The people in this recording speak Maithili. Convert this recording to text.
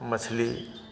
मछली